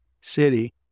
City